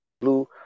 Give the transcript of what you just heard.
blue